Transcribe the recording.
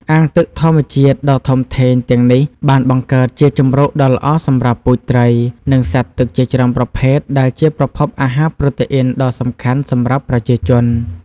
អាងទឹកធម្មជាតិដ៏ធំធេងទាំងនេះបានបង្កើតជាជម្រកដ៏ល្អសម្រាប់ពូជត្រី និងសត្វទឹកជាច្រើនប្រភេទ ដែលជាប្រភពអាហារប្រូតេអ៊ីនដ៏សំខាន់សម្រាប់ប្រជាជន។